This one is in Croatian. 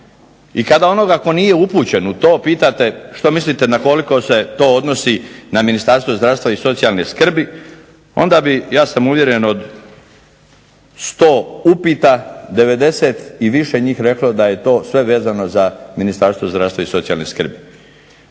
I kada onoga tko nije upućen u to pitate što mislite na koliko se to odnosi na Ministarstvo zdravstva i socijalne skrbi onda bi ja sam uvjeren od 100 upita 90 i više njih reklo da je to sve vezano za Ministarstvo zdravstva i socijalne skrbi.